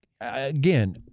again